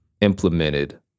implemented